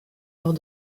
lors